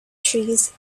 trees